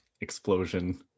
explosion